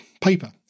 paper